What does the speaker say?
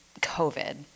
covid